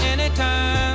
Anytime